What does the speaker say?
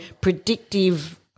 predictive